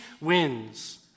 wins